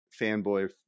fanboy